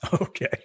Okay